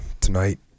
tonight